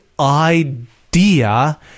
idea